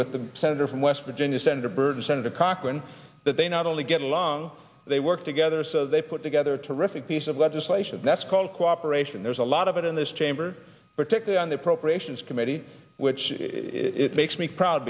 with the senator from west virginia senator byrd senator cochran that they not only get along they work together so they put together terrific piece of legislation that's called cooperation there's a lot of it in this chamber particular on the appropriations committee which it makes me proud